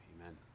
amen